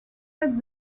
let